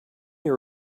your